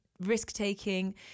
risk-taking